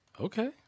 Okay